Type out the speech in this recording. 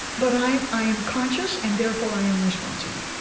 but i i am conscious, and therefore i am responsible